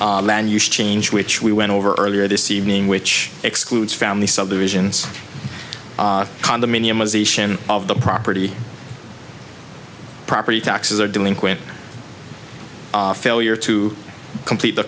land use change which we went over earlier this evening which excludes family subdivisions condominium a zeeshan of the property property taxes or delinquent failure to complete the